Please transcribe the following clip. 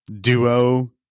duo